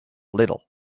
little